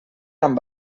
amb